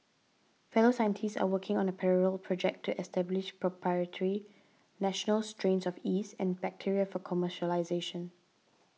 fellow scientists are working on a parallel project to establish proprietary national strains of yeast and bacteria for commercialisation